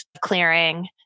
clearing